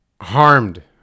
harmed